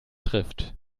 trifft